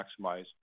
maximize